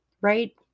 right